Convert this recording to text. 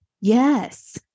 Yes